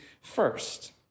first